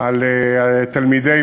על תלמידי